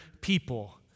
people